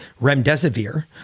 remdesivir